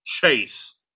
Chase